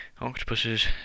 octopuses